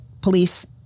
police